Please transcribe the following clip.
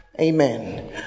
Amen